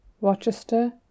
Rochester